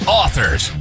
authors